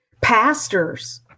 Pastors